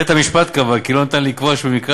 בית-המשפט קבע כי לא ניתן לקבוע שבמקרה